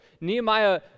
Nehemiah